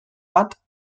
bat